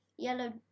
Yellow